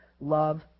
Love